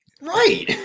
Right